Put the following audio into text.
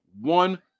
one